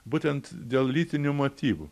būtent dėl lytinių motyvų